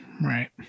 Right